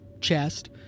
chest—